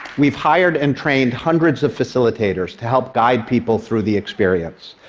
we've hired and trained hundreds of facilitators to help guide people through the experience.